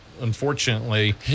unfortunately